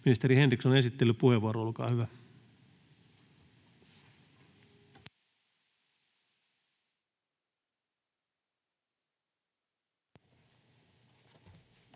Ministeri Henriksson, esittelypuheenvuoro, olkaa hyvä.